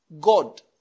God